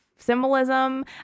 symbolism